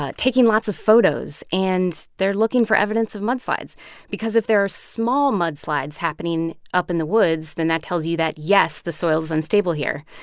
ah taking lots of photos. and they're looking for evidence of mudslides because if there are small mudslides happening up in the woods, then that tells you that, yes, the soil is unstable here.